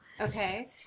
Okay